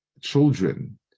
children